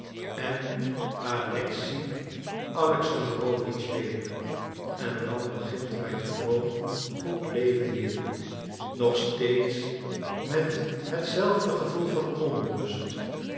en alexei alexandrowitsch weder en dan begint mijn gewoon goed leven weer nog steeds met hetzelfde gevoel van onrust